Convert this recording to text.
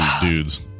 dudes